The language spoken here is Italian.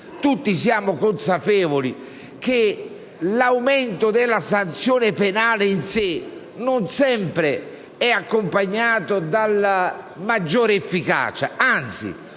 Tutti siamo consapevoli che l'aumento della gravità della sanzione penale in sé non sempre è accompagnato da maggiore efficacia (anzi,